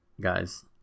guys